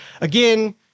again